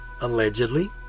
allegedly